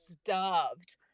starved